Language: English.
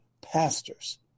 pastors